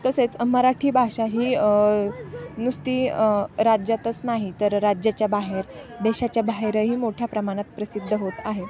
तसेच मराठी भाषा ही नुसती राज्यातच नाही तर राज्याच्या बाहेर देशाच्या बाहेरही मोठ्या प्रमाणात प्रसिद्ध होत आहे